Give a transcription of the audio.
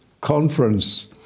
conference